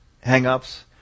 hang-ups